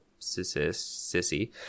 sissy